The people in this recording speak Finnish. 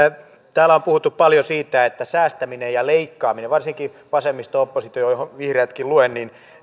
täällä on puhuttu paljon siitä ja varsinkin vasemmisto oppositio johon vihreätkin luen